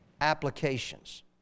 applications